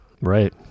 Right